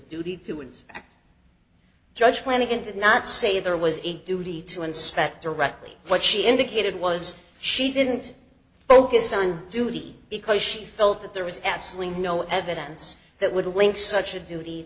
woods judge flanagan did not say there was a duty to inspect directly what she indicated was she didn't focus on duty because she felt that there was absolutely no evidence that would link such a duty